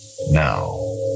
now